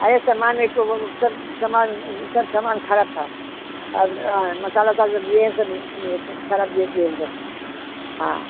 अरे सामान एक वह वह सब सामान सब सामान ख़राब था और हाँ मसाला उसाला सब दिए हैं सब सब ख़राब दे दिए हाँ